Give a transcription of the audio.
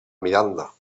miranda